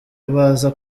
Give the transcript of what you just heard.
baza